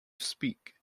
speak